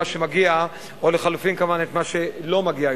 שמגיע או לחלופין כמובן את מה שלא מגיע,